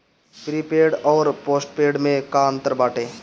Prepaid अउर postpaid में का अंतर बाटे?